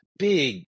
big